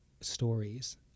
stories